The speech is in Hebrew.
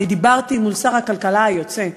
דיברתי עם שר הכלכלה היוצא.